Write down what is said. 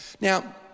Now